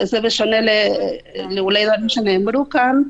זה בשונה מדברים שנאמרו כאן.